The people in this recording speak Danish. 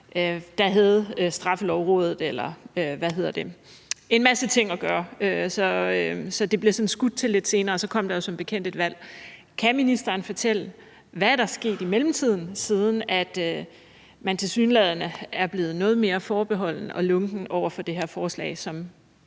da havde Straffelovrådet en masse ting at gøre. Så det blev sådan udskudt til lidt senere, og så kom der som bekendt et valg. Kan ministeren fortælle, hvad der er sket i mellemtiden, siden man tilsyneladende er blevet noget mere forbeholden og lunken over for det her forslag, som